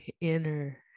inner